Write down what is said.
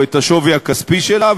או את השווי הכספי שלה,